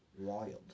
Wild